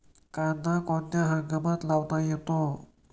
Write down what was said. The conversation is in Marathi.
कांदा कोणत्या हंगामात लावता येतो?